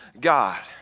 God